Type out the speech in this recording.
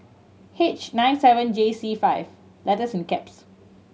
H nine seven J C five and